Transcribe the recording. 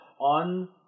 on